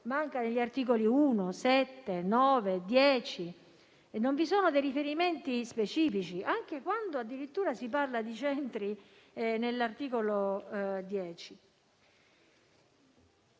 negli articoli 1, 7, 9, 10; non vi sono riferimenti specifici, anche quando addirittura si parla di centri nell'articolo 9.